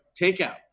takeout